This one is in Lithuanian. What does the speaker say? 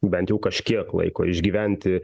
bent jau kažkiek laiko išgyventi